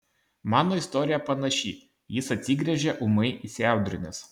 mano istorija panaši jis atsigręžė ūmai įsiaudrinęs